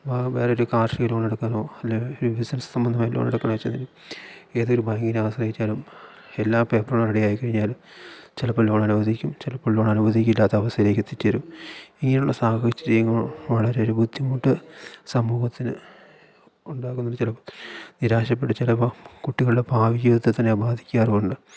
വാ വേറൊരു കാർഷിക ലോൺ എടുക്കാനോ അല്ലെങ്കിൽ ഒരു ബിസിനസ്സ് സംബന്ധമായ ലോൺ എടുക്കണമെന്നു വെച്ചാൽത്തന്നെ ഏതൊരു ബാങ്കിനെ ആശ്രയിച്ചാലും എല്ലാ പേപ്പറും റെഡി ആയിക്കഴിഞ്ഞാലും ചിലപ്പം ലോൺ അനുവധിക്കും ചിലപ്പോള് ലോൺ അനുവധിക്കില്ലാത്ത അവസ്ഥയിലേക്ക് എത്തിച്ചേരും ഇങ്ങനെയുള്ള സാഹചര്യങ്ങളോ വളരെ ഒരു ബുദ്ധിമുട്ട് സമൂഹത്തിന് ഉണ്ടാക്കുന്നതുകൊണ്ട് ചിലപ്പം നിരാശപ്പെട്ട് ചിലപ്പം കുട്ടികളുടെ ഭാവി ജീവിതത്തെതന്നെ അത് ബാധിക്കാറും ഉണ്ട്